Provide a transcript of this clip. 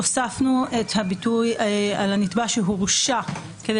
הוספנו את הביטוי "על הנתבע שהורשע" כדי